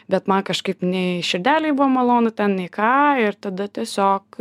bet man kažkaip nei širdelei buvo malonu ten nei ką ir tada tiesiog